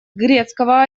грецкого